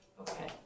Okay